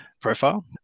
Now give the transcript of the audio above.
profile